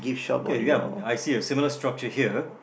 okay you got a I see a similar structure here